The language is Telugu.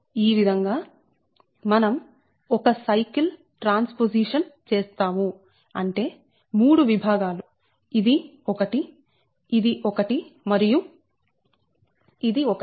ఈ విధంగా మనం 1 సైకిల్ ట్రాన్స్పోసిషన్ చేస్తాము అంటే 3 విభాగాలు ఇది ఒకటి ఇది ఒకటి మరియు ఇది ఒకటి